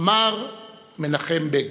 אמר מנחם בגין: